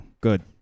Good